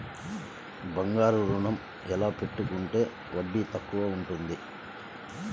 బంగారు ఋణం ఎలా పెట్టుకుంటే వడ్డీ తక్కువ ఉంటుంది?